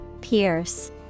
Pierce